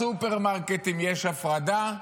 בסופרמרקטים יש הפרדה?